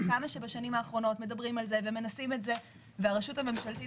למרות שבשנים האחרונות מדברים על זה ומנסים את זה והרשות הממשלתית